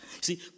See